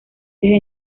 desde